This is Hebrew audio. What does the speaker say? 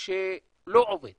שלא עובד